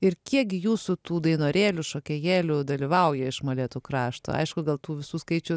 ir kiek jūsų tų dainorėlių šokėjėlių dalyvauja iš molėtų krašto aišku gal tų visų skaičių